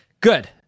good